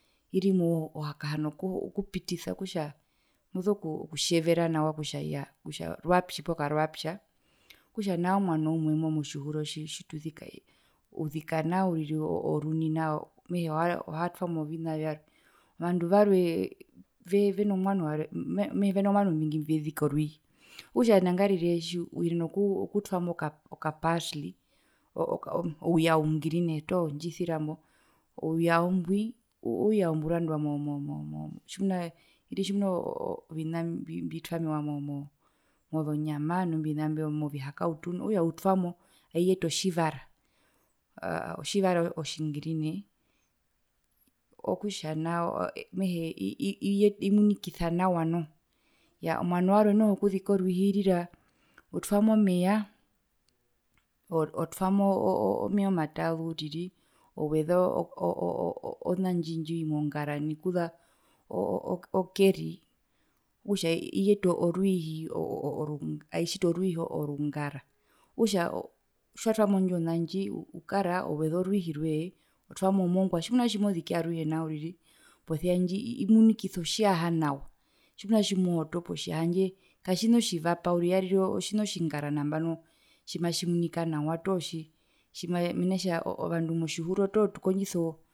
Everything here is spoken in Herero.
Irimwe uhakahana oku okupitisa okutja moso kutjevera nawa kutja yaa rwapyi poo karwapya okutja nao mwano umwe imwi motjihuro tjituzika uzika nao uriri oruni nao mehee ohaa ohatwamo vina vyarwe, ovandu varwe veno mwano warwe mehee veno mwano mingi mbuvezika orwiihi okutja nangarire uyenena oku okutwamo kaparsley ouyao oungirine toho ndjisira mbo, ouyao mbwi ouyao mburandwa mo mo vina mbi mbi mbitwamewa mozonyama noo mbio vina mbio movihakautu okutja utwamo aiyeta otjivara otjivara otjingirine okutja nao mehee iye ii ii imunikisa nawa noho, iyaa omwano warwe noho wokuzika orwiihi utwamo meya otwamo meya omataazu uriri oweza oo oo oo onandji indjo imwe ongara nai kuza oo oo kerii iyeta orwiihi aitjiti orwiihi orungara okutja tjiwatwamo indjo nandji ukara oweza orwiihi rwee otwamo mongwa tjimuna tjimoziki aruhe nao uriri posia ndji imunikisa otjiyaha nawa tjimuna tjimooto potjiyaha handje katjina otjivapa uriri yarire otjina otjingara nambano tjimatjimunika nawa toho tjima tji mena kutja ovandu motjihuro toho tukondjisoo.